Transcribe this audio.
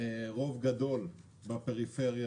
רוב גדול בפריפריה,